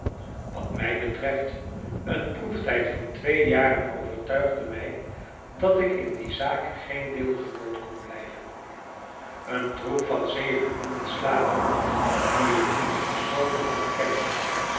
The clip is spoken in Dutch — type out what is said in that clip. wat mij betreft een proeftijd van twee jaren overtuigde mij dat ik in die zaak geen deelgenoot kon blijven een troep van zevenhonderd slaven die ik niet persoonlijk